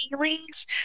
feelings